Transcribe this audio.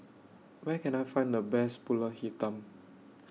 Where Can I Find The Best Pulut Hitam